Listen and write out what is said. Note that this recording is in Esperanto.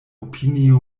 opinio